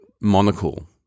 Monocle